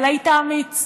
אבל היית אמיץ,